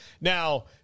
Now